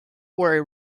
were